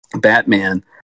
Batman